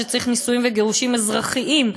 שצריך נישואים וגירושים אזרחיים,